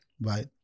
Right